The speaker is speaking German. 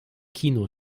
kino